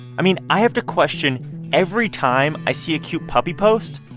i mean, i have to question every time i see a cute puppy post?